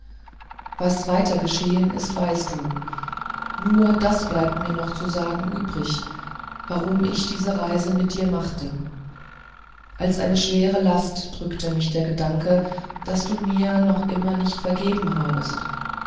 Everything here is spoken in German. was weiter geschehen ist weißt du nur das bleibt mir noch zu sagen übrig warum ich diese reise mit dir machte als eine schwere last drückte mich der gedanke daß du mir noch immer nicht vergeben habest